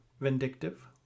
vindictive